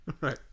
Right